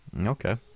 Okay